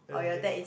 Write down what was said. that's the thing